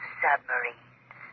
submarines